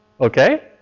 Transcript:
Okay